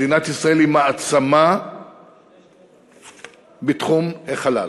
מדינת ישראל היא מעצמה בתחום החלל.